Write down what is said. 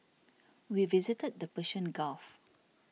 we visited the Persian Gulf